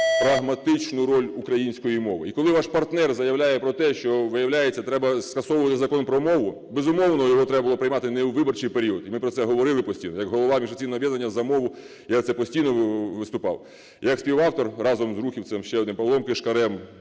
прагматичну роль української мови. І коли ваш партнер заявляє про те, що, виявляється, треба скасовувати Закон про мову, безумовно, його треба було приймати не у виборчий період, і ми про це говорили постійно, як голова міжфракційного об'єднання "За мову" я за це постійно виступав. Як співавтор, разом з рухівцем ще одним, Павлом Кишкарем,